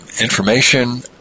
information